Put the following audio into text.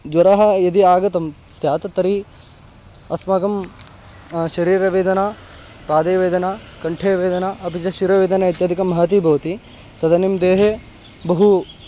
ज्वरः यदि आगतं स्यात् तर्हि अस्माकं शरीरवेदना पादे वेदना कण्ठे वेदना अपि च शिरो वेदना इत्यादिकं महती भवति तदनीं देहे बहु